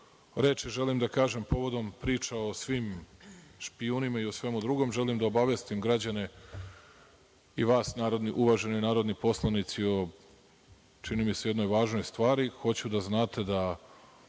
reči želim da kažem povodom priča o svim špijunima i o svemu drugom, želim da obavestim građane i vas, uvaženi narodni poslanici, o čini mi se jednoj važnoj stvari. Hoću da znate da